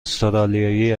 استرالیایی